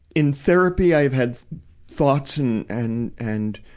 in therapy, i've had thoughts, and, and, and,